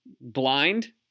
blind